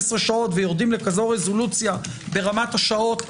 שעות ויורדים לכזו רזולוציה ברמת השעות.